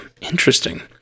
Interesting